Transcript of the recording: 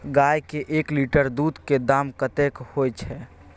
गाय के एक लीटर दूध के दाम कतेक होय छै?